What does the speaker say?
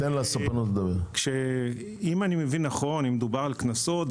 אם מדובר בקנסות,